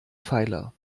pfeiler